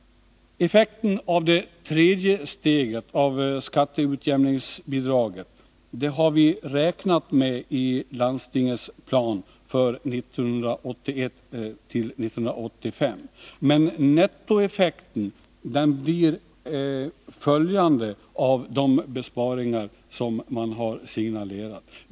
Effekten av det tredje steget av skatteutjämningsbidraget har vi räknat med i landstingets plan för 1981-1985. Nettoeffekten av de besparingar som man har signalerat blir följande.